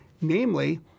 Namely